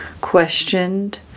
questioned